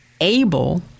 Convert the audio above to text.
able